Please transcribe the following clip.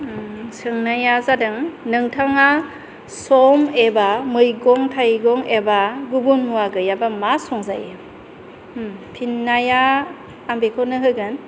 सोंनाया जादों नोंथाङा सम एबा मैगं थाइगं एबा गुबुन मुवा गैयाबा मा संजायो फिननाया आं बेखौनो होगोन